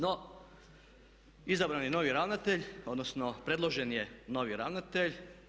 No, izabran je novi ravnatelj odnosno predložen je novi ravnatelj.